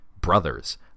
Brothers